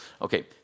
Okay